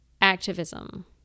activism